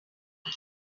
key